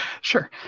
Sure